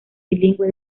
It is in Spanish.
bilingüe